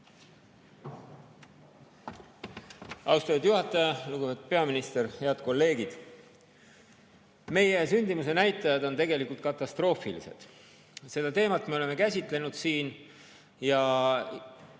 Austatud juhataja! Lugupeetud peaminister! Head kolleegid! Meie sündimuse näitajad on tegelikult katastroofilised. Seda teemat me oleme siin käsitlenud ja